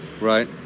right